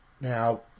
Now